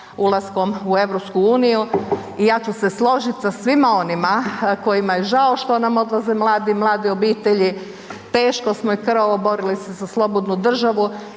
ulaskom u EU, i ja ću se složit sa svima onima kojima je žao što nam odlaze mladi i mlade obitelji, teško smo i krvavo borili se za slobodnu državu